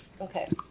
Okay